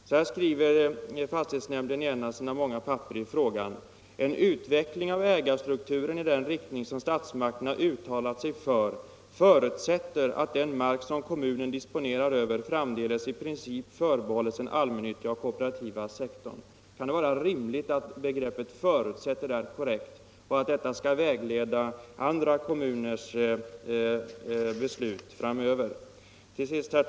Så här uttalar sig fastighetsnämnden i en av sina många skrivelser i frågan: ”En utveckling av ägarstrukturen i den riktning som statsmakterna uttalat sig för förutsätter” — jag understryker ordet förutsätter — ”att den mark som kommunen disponerar över framdeles i princip förbehålles den allmännyttiga och kooperativa sektorn.” Kan det vara riktigt att använda ordet ”förutsätter” i detta sammanhang och att detta skall vara vägledande för andra kommuners beslut framöver?